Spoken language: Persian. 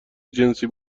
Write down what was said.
جنسی